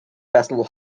festival